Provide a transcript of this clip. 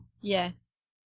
yes